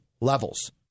levels